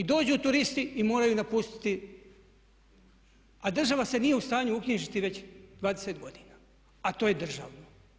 I dođu turisti i moraju napustiti a država se nije u stanju uknjižiti već 20 godina a to je državno.